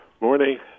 Morning